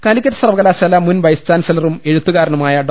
കാലിക്കറ്റ് സർവകലാശാല മുൻ വൈസ് ചാൻസലറും എഴുത്തുകാരനുമായ ഡോ